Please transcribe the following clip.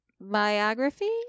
Biography